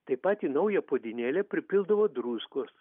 taip pat į naują puodynėlę pripildavo druskos